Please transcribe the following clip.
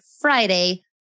Friday